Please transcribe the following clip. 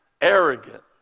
arrogant